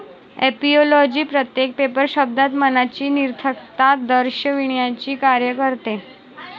ऍपिओलॉजी प्रत्येक पेपर शब्दात मनाची निरर्थकता दर्शविण्याचे कार्य करते